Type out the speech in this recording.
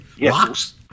locks